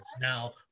Now